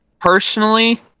Personally